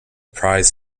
prize